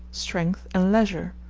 strength, and leisure,